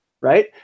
right